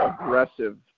aggressive